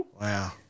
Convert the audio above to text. wow